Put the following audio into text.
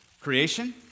creation